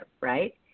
right